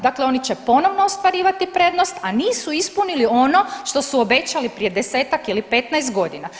Dakle, oni će ponovno ostvarivati prednost, a nisu ispunili ono što su obećali prije 10 ili 15 godina.